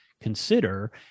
consider